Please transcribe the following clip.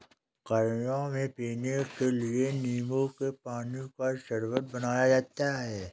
गर्मियों में पीने के लिए नींबू के पानी का शरबत बनाया जाता है